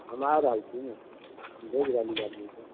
हम आ रहल छी ने भेज रहल छी आदमीके